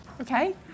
Okay